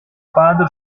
padre